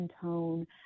tone